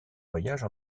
voyage